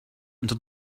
into